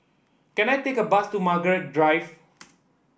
can I take a bus to Margaret Drive